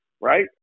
right